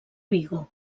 vigo